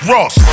Ross